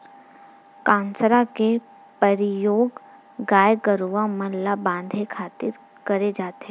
कांसरा के परियोग गाय गरूवा मन ल बांधे खातिर करे जाथे